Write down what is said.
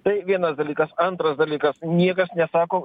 tai vienas dalykas antras dalykas niekas nesako